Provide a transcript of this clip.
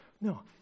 No